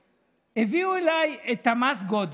הביאו אליי את מס הגודש,